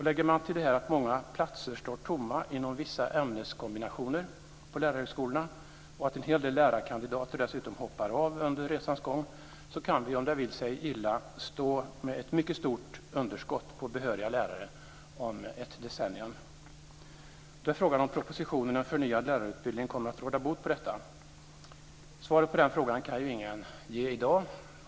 Lägger man till det här att många platser står tomma inom vissa ämneskombinationer på lärarhögskolorna och att en hel del lärarkandidater dessutom hoppar av under resans gång, kan vi - om det vill sig illa - stå med ett mycket stort underskott på behöriga lärare om ett decennium. Då är frågan om propositionen En förnyad lärarutbildning kommer att råda bot på detta. Svaret på den frågan kan ingen ge i dag.